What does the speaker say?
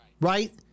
Right